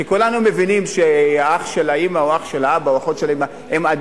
כי כולנו מבינים שאח של האמא או אח של האבא או אחות של האמא עדיפים,